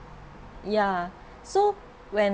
ya so when